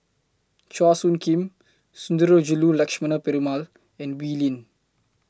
Chua Soo Khim Sundarajulu Lakshmana Perumal and Wee Lin